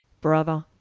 brother,